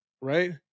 right